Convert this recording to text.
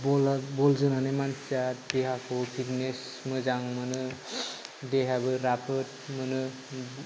बल जोनानै मानसिया फिटनेस मोजां मोनो देहायाबो राफोद मोनो